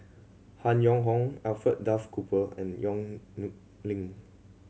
Han Yong Hong Alfred Duff Cooper and Yong Nyuk Lin